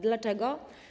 Dlaczego?